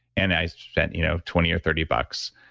and i spent you know twenty or thirty bucks.